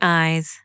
eyes